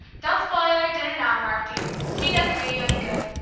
don't spoil your dinner, now, mark dear tea doesn't do you any good.